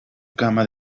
cama